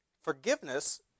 Forgiveness